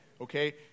okay